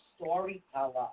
storyteller